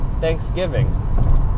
Thanksgiving